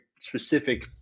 specific